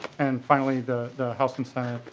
and finally the house and senate